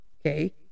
okay